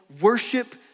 worship